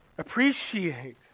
Appreciate